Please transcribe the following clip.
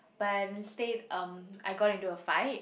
but instead um I got into a fight